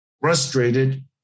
frustrated